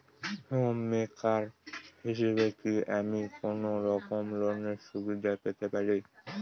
Home maker হিসেবে কি আমি কোনো রকম লোনের সুবিধা পেতে পারি?